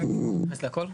להתייחס לכל?